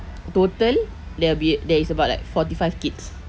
total there will be there is about like forty five kids